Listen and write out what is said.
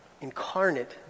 incarnate